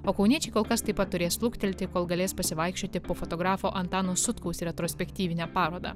o kauniečiai kol kas taip pat turės luktelti kol galės pasivaikščioti po fotografo antano sutkaus retrospektyvinę parodą